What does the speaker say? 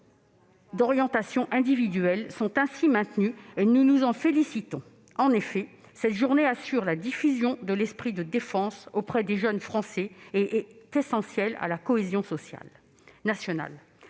d'orientation sont maintenus- nous nous en félicitons. En effet, cette journée assure la diffusion de l'esprit de défense auprès des jeunes Français ; elle est essentielle à la cohésion nationale.